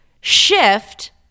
shift